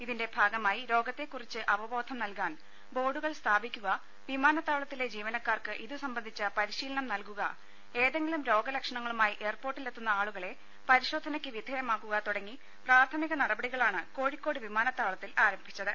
ഇതിന്റെ ഭാഗമായി രോഗത്തെ കുറിച്ച് അവബോധം നല്കാൻ ബോർഡുകൾ സ്ഥാപിക്കുക വിമാനത്താവളത്തിലെ ജീവനക്കാർക്ക് ഇതുസംബന്ധിച്ച പരിശീലനം നല്കുക ഏതെങ്കിലും രോഗലക്ഷണങ്ങളുമായി എയർപോർട്ടിലെത്തുന്ന ആളുകളെ പരിശോധനക്ക് വിധേയമാക്കുക തുടങ്ങിയ പ്രാഥമിക നടപടികളാണ് കോഴിക്കോട് വിമാനത്താവളത്തിൽ ആരംഭിച്ചത്